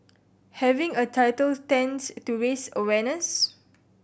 having a title tends to raise awareness